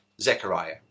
Zechariah